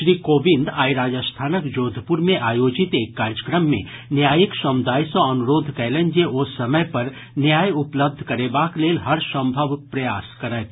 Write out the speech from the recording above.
श्री कोविंद आइ राजस्थानक जोधपुर मे आयोजित एक कार्यक्रम मे न्यायिक समुदाय सँ अनुरोध कयलनि जे ओ समय पर न्याय उपलब्ध करेबाक लेल हर संभव प्रयास करथि